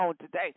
today